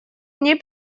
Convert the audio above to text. мне